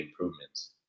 improvements